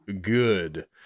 good